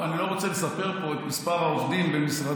אני לא רוצה לספר פה את מספר העובדים במשרדי,